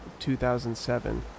2007